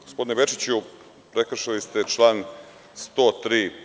Gospodine Bečiću, prekršili ste član 103.